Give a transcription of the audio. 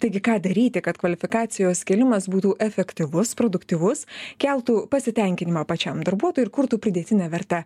taigi ką daryti kad kvalifikacijos kėlimas būtų efektyvus produktyvus keltų pasitenkinimą pačiam darbuotojui ir kurtų pridėtinę vertę